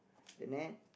the net